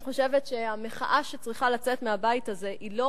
אני חושבת שהמחאה שצריכה לצאת מהבית הזה היא לא